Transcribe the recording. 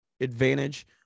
advantage